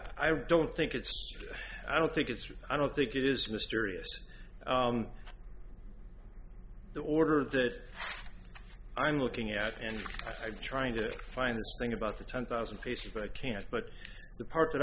i don't think it's i don't think it's i don't think it is mysterious the order that i'm looking at and i'm trying to find a thing about the ten thousand places but i can't but the part that